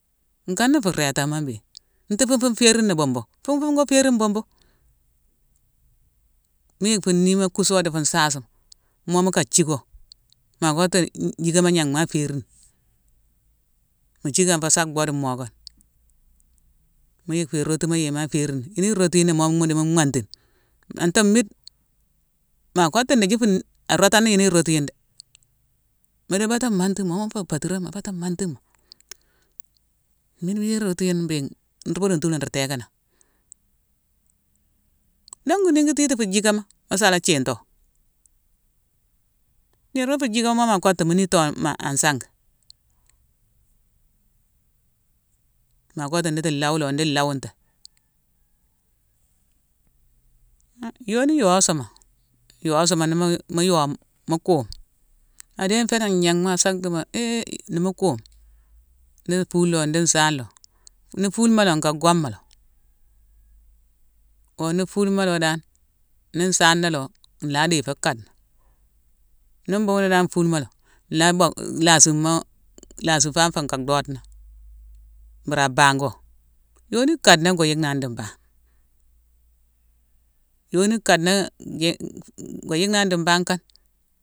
Nkana nfu rééta mo mbéghine; nta fun-fune féérine bhumbu! Fun-fune wo féérine bhumbu. Mu yick fu niima kuso di fu nsaasima, mo mu ka jicko. Ma kottu jickama gnangh ma a féri ni. Mu jickan fo sa bhoode mmookane; mu yick fii irotima yéma a féérin ni, yune irotu yune mo mu di mu mhantine, antong mmide, ma kottu ndithi arotane ni yune i rotu yune dé. Mu di bata mmantimo, mo fé patirong ma lé, bata mmanti mo. Mmide yune i rotu yune mbéghine, ruu boodone tuudu la nruu tééka nangh. Dongu ningi titane fu jickama mu sa la yhinto. Niirma fu jickama mo ma kottu, mu nitto man nsangama. Ma kottu ndhiti lawo lo ndi lawo ntingh. han yoni yowosma, yowosma ni mu-yom-mu kuume, a dééne fénang agnégh mo asa dhimo: hé ni mu kuume; ndi fule oo, ndi nsaana lo. Ni fulema lo, nka goma lo. Oo ni fulema lo dan, ni nsaana lo, nlaa déé fo kadena. Nin mbhughune dan fulema lo, nlaa lasimo-lhasifan fo nka dhoodena, mburu a bango. Yoni kadena go yick na ni di mbangh. Yoni kadena jé- n- ngo yickna ni di mbangh kane.